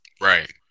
Right